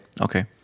okay